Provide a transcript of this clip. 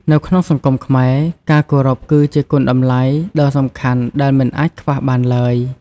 នៅក្នុងសង្គមខ្មែរ ការគោរពគឺជាគុណតម្លៃដ៏សំខាន់ដែលមិនអាចខ្វះបានឡើយ។